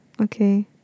Okay